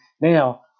Now